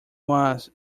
was